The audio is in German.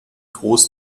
groß